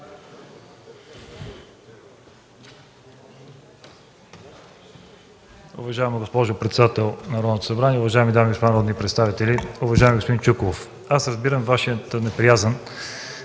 Уважаема госпожо председател на Народното събрание, уважаеми дами и господа народни представители! Уважаеми господин Чуколов, аз разбирам Вашата неприязън